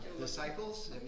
Disciples